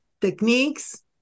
techniques